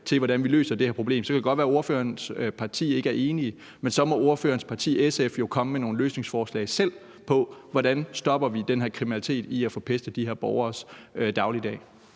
til, hvordan vi løser det her problem. Så kan det godt være, ordførerens parti ikke er enig, men så må ordførerens parti, SF, jo selv komme med nogle løsningsforslag til, hvordan vi stopper den her kriminalitet i at forpeste de her borgeres dagligdag.